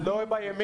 לא בימין.